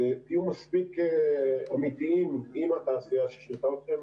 תהיו מספיק אמיתיים עם התעשייה ששירתה אתכם,